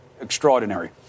extraordinary